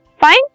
Fine